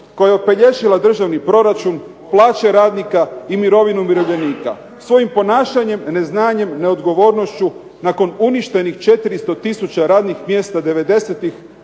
koja je opelješila državni proračun, plaće radnika i mirovinu umirovljenika svojim ponašanjem, neznanjem, neodgovornošću nakon uništenih 400 tisuća radnih mjesta '90-ih